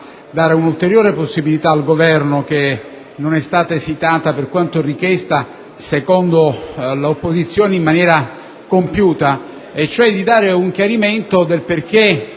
dare un'ulteriore possibilità al Governo che non è stata esitata - per quanto richiesta, secondo l'opposizione, in maniera compiuta - e cioè di fornire un chiarimento del perché